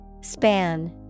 Span